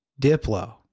Diplo